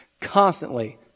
constantly